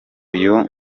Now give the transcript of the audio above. uyu